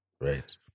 right